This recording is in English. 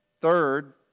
Third